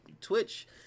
twitch